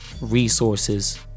resources